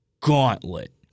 gauntlet